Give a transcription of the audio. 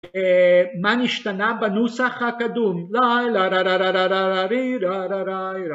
מה נשתנה בנוסח הקדום?